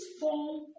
form